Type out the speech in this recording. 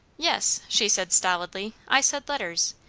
yes, she said stolidly i said letters.